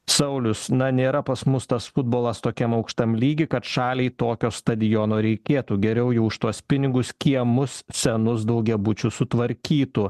saulius na nėra pas mus tas futbolas tokiam aukštam lygy kad šaliai tokio stadiono reikėtų geriau jau už tuos pinigus kiemus senus daugiabučius sutvarkytų